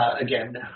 Again